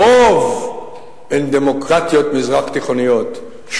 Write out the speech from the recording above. הרוב הן דמוקרטיות מזרח-תיכוניות,